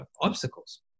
obstacles